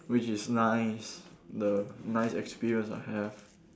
which is nice the nice experience I have